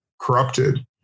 corrupted